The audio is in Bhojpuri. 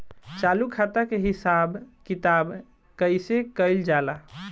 चालू खाता के हिसाब किताब कइसे कइल जाला?